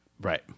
right